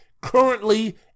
currently